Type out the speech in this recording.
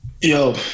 Yo